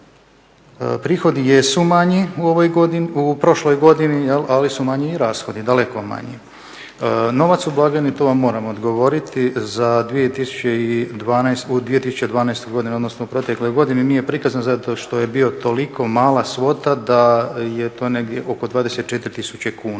godini, u prošloj godini, ali su manji i rashodi, daleko manji. Novac u blagajni tu vam moram odgovoriti u 2012. godini, odnosno u protekloj godini nije prikazan zato što je bio toliko mala svota da je to negdje oko 24000 kuna,